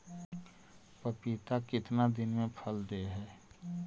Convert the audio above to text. पपीता कितना दिन मे फल दे हय?